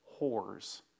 whores